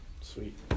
Sweet